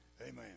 Amen